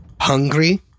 hungry